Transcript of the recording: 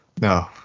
No